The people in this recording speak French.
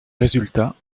résultats